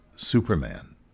Superman